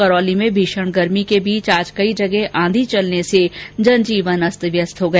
करौली में भीषण गर्मी के बीच आज कई जगह आंधी चलने से जनजीवन अस्त व्यस्त हो गया